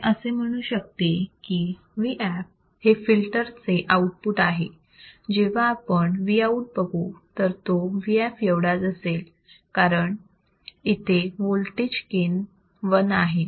मी असे म्हणू शकते की vf हे फिल्टर चे आउटपुट आहे जेव्हा आपण Vout बघू तर तो vf एवढाच असेल कारण इथे वोल्टेज गेन 1 आहे